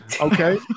Okay